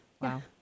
wow